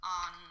on